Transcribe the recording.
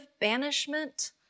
banishment